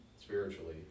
spiritually